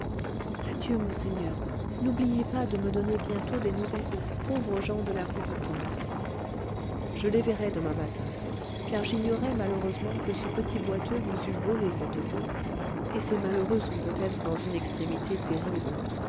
adieu monseigneur n'oubliez pas de me donner bientôt des nouvelles de ces pauvres gens de la rue du temple je les verrai demain matin car j'ignorais malheureusement que ce petit boiteux vous eût volé cette bourse et ces malheureux sont peut-être dans une extrémité terrible